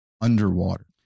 underwater